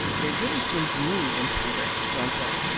they really seem to move and twitter, don't they?